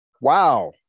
wow